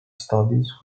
studies